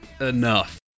enough